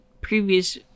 previous